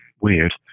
weird